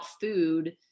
food